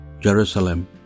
Jerusalem